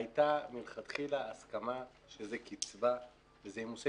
היתה מלכתחילה הסכמה שזה קצבה וזה ימוסה